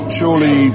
surely